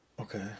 Okay